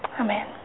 Amen